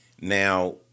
Now